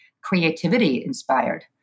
creativity-inspired